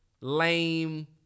lame